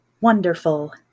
Wonderful